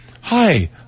Hi